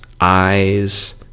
eyes